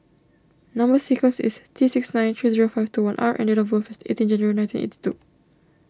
Number Sequence is T six nine three zero five two one R and date of birth is eighteen January nineteen eighty two